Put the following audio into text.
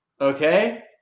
Okay